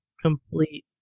complete